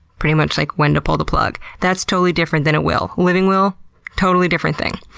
pretty much like when to pull the plug. that's totally different than a will. living will totally different thing.